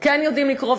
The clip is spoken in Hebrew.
כן יודעים לקרוא,